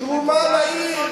תרומה לעיר.